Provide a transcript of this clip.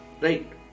right